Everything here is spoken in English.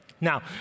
Now